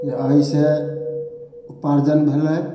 जे एहिसऽ उपार्जन भेलै